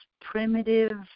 primitive